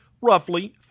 roughly